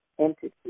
entity